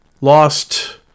Lost